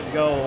go